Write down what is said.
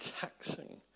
taxing